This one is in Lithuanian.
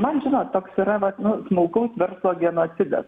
man žinot toks yra vat nu smulkaus verslo genocidas